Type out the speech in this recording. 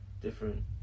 Different